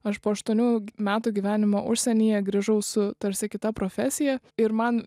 aš po aštuonių metų gyvenimo užsienyje grįžau su tarsi kita profesija ir man